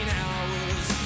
hours